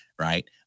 right